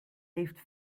heeft